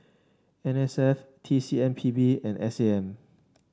N S F T C M P B and S A M